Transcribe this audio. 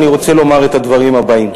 ואני רוצה לומר את הדברים הבאים: